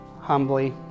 humbly